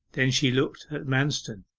then she looked at manston